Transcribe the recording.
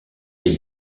les